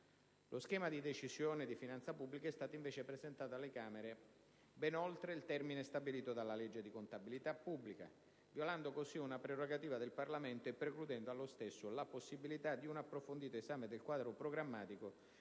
Lo schema di Decisione di finanza pubblica è stato invece presentato alla Camere ben oltre il termine stabilito dalla legge di contabilità pubblica, violando così una prerogativa del Parlamento e precludendo allo stesso la possibilità di un approfondito esame del quadro programmatico